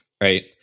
right